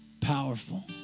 Powerful